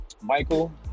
Michael